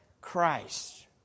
Christ